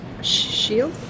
shield